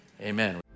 amen